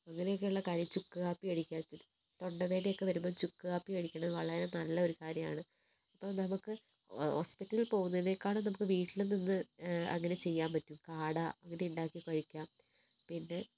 അങ്ങനെയൊക്കെയുള്ള കാര്യം ചുക്കുകാപ്പി കഴിക്കുക തൊണ്ടവേദനെയൊക്കെ വരുമ്പോൾ ചുക്കുകാപ്പികഴിക്കണത് വളരെ നല്ലൊരു കാര്യമാണ് ഇപ്പോൾ നമുക്ക് ഹോസ്പിറ്റലിൽ പോകുന്നതിനേക്കാളും നമുക്ക് വീട്ടിൽ നിന്ന് അങ്ങനെ ചെയ്യാൻ പറ്റും കാട അങ്ങനത്തെ ഉണ്ടാക്കി കഴിക്കുക പിന്നെ